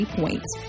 points